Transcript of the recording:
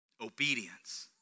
Obedience